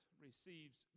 receives